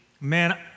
man